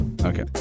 Okay